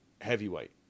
heavyweight